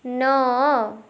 ନଅ